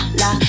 la